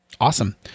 Awesome